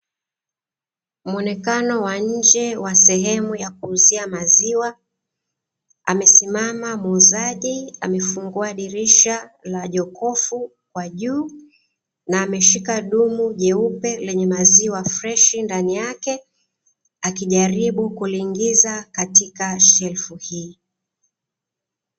Muonekano wa nje wa sehemu ya kuuzia maziwa amesimama muuzaji, amefungua dirisha la jokofu kwa juu, na ameshika dumu jeupe lenye maziwa freshi ndani yake, akijaribu kuliingiza karika shelfu hiyo.